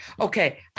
Okay